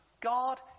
God